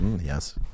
Yes